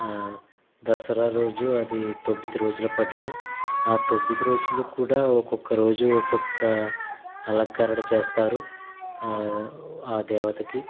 దసరా రోజు అది తొమ్మిది రోజుల పండుగ ఆ తొమ్మిది రోజులు కూడా ఒక్కొక్క రోజు ఒక్కొక్క అలంకరణ చేస్తారు ఆ దేవతకి